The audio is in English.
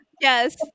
Yes